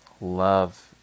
love